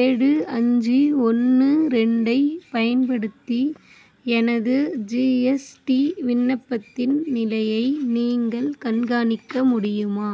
ஏழு அஞ்சு ஒன்று ரெண்டு ஐப் பயன்படுத்தி எனது ஜிஎஸ்டி விண்ணப்பத்தின் நிலையை நீங்கள் கண்காணிக்க முடியுமா